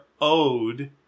owed